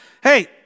hey